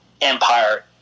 empire